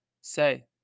say